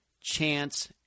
Chance